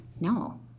No